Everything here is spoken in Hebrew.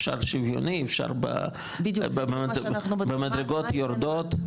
אפשר שוויוני אפשר במדרגות יורדות,